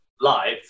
live